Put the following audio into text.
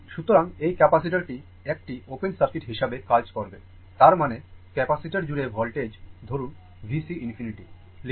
সুতরাং এই ক্যাপাসিটারটি একটি ওপেন সার্কিট হিসাবে কাজ করবে তার মানে ক্যাপাসিটার জুড়ে voltage ধরুন VC ∞ লিখতে পারেন